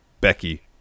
Becky